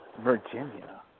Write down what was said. Virginia